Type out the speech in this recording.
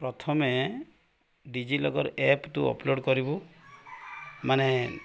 ପ୍ରଥମେ DigiLocker app ତୁ upload କରିବୁ ମାନେ